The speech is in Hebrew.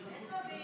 איפה?